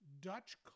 Dutch